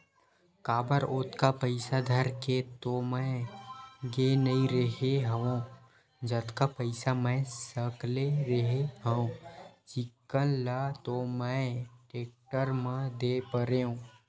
काबर ओतका पइसा धर के तो मैय गे नइ रेहे हव जतका पइसा मै सकले रेहे हव चिक्कन ल तो मैय टेक्टर म दे परेंव